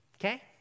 Okay